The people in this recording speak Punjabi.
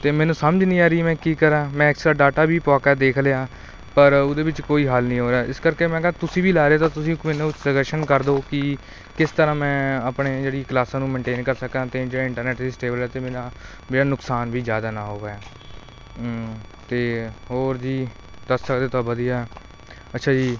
ਅਤੇ ਮੈਨੂੰ ਸਮਝ ਨਹੀਂ ਆ ਰਹੀ ਮੈਂ ਕੀ ਕਰਾਂ ਮੈਂ ਅਕਸਟਰਾ ਡਾਟਾ ਵੀ ਪਵਾ ਕੇ ਦੇਖ ਲਿਆ ਪਰ ਉਹਦੇ ਵਿੱਚ ਕੋਈ ਹੱਲ ਨਹੀਂ ਹੋ ਰਿਹਾ ਇਸ ਕਰਕੇ ਮੈਂ ਕਿਹਾ ਤੁਸੀਂ ਵੀ ਲਾ ਰਹੇ ਤਾਂ ਤੁਸੀਂ ਸੁਜੈਸ਼ਨ ਕਰ ਦਿਓ ਕਿ ਕਿਸ ਤਰ੍ਹਾਂ ਮੈਂ ਆਪਣੇ ਜਿਹੜੀ ਕਲਾਸਾਂ ਨੂੰ ਮੈਂਟੇਨ ਕਰ ਸਕਾਂ ਤਾਂ ਜੋ ਇੰਟਰਨੈਟ ਦੀ ਸਟੇਬਲ ਹੈ ਅਤੇ ਮੇਰਾ ਮੇਰਾ ਨੁਕਸਾਨ ਵੀ ਜ਼ਿਆਦਾ ਨਾ ਹੋਵੇ ਅਤੇ ਹੋਰ ਜੀ ਦੱਸ ਸਕਦੇ ਤਾਂ ਵਧੀਆ ਅੱਛਾ ਜੀ